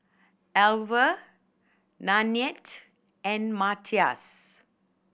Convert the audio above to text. Alvah Nanette and Mathias